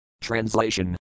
Translation